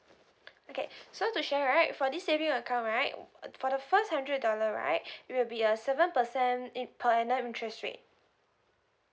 okay so to share right for this saving account right for the first hundred dollar right it will be a seven percent mm per annum interest rate